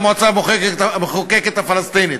המועצה המחוקקת הפלסטינית.